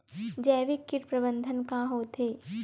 जैविक कीट प्रबंधन का होथे?